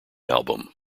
album